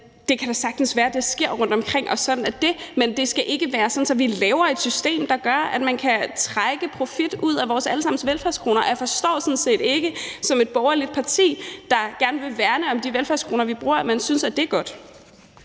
det kan da sagtens være, at det sker rundtomkring, og sådan er det. Men det skal ikke være sådan, at vi laver et system, der gør, at man kan trække profit ud af vores alle sammens velfærdskroner, og jeg forstår sådan set ikke, at man som et borgerligt parti, der gerne vil værne om de velfærdskroner, vi bruger, synes, at det er godt.